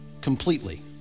completely